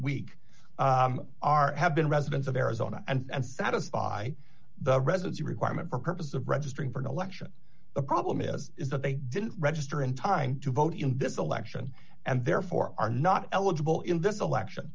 week are have been residents of arizona and satisfy the residency requirement for purposes of registering for an election the problem is is that they didn't register in time to vote in this election and therefore are not eligible in this election